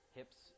hips